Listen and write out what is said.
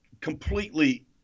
completely